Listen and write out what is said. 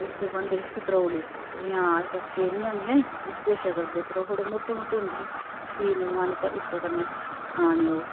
ते उसदे बनदे हे सत्रोले जियां अज्जकल सेवियां होंदियां नी उसदे शक्ल दे पर ओह् थुह्ड़े मुट्टे मुट्टे होंदे हे खीरन बनानी ते उसदे कन्नै खाने ओह्